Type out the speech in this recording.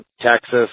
Texas